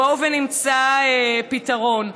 בואו ונמצא פתרון.